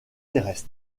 terrestre